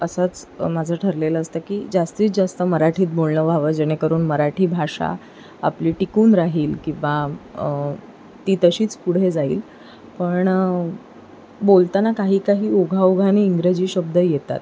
असंच माझं ठरलेलं असतं की जास्तीत जास्त मराठीत बोलणं व्हावं जेणेकरून मराठी भाषा आपली टिकून राहील किंवा ती तशीच पुढे जाईल पण बोलताना काही काही ओघाओघाने इंग्रजी शब्द येतात